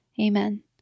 Amen